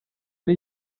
ari